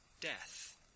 death